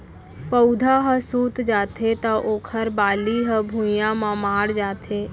पउधा ह सूत जाथे त ओखर बाली ह भुइंया म माढ़ जाथे